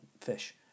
fish